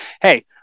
hey